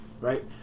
right